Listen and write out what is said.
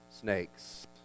snakes